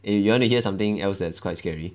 eh you want to hear something else that is quite scary